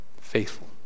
faithful